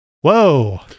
Whoa